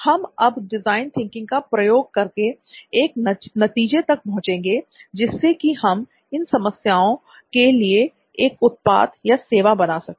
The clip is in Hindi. हम अब डिज़ाइन थिंकिंग का प्रयोग करके एक नतीजे तक पहुंचेंगे जिससे कि हम इन समस्याओं के लिए एक उत्पाद या सेवा बना सकें